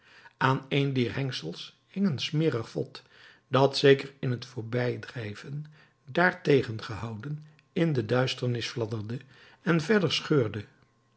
aan een dier hengsels hing een smerig vod dat zeker in t voorbijdrijven daar tegengehouden in de duisternis fladderde en verder scheurde